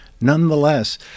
nonetheless